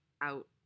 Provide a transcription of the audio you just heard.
out